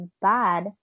bad